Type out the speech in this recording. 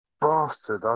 bastard